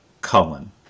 cullen